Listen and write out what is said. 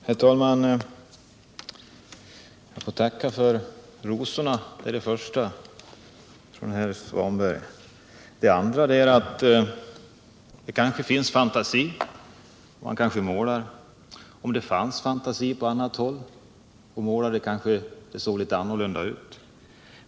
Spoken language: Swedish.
Herr talman! Jag tackar för de rosor som herr Svanberg gav mig. Jag kanske har fantasi, och om det fanns fantasi också på annat håll såg det måhända litet annorlunda ut.